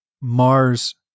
mars